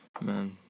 man